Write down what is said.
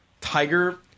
tiger